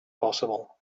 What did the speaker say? possible